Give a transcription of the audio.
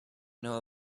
know